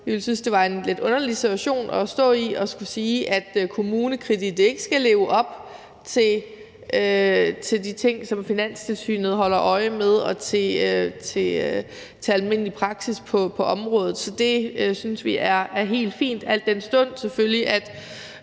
synes, det var en lidt underlig situation at stå i at skulle sige, at KommuneKredit ikke skal leve op til de ting, som Finanstilsynet holder øje med, og til almindelig praksis på området. Så det synes vi er helt fint, al den stund at